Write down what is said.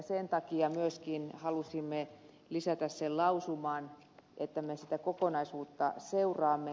sen takia myöskin halusimme lisätä sen lausuman että me sitä kokonaisuutta seuraamme